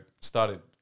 started